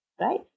right